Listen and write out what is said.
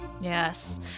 Yes